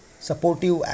supportive